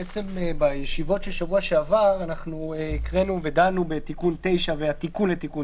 בישיבות של שבוע שעבר הקראנו ודנו בתיקון 9 והתיקון לתיקון